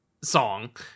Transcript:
song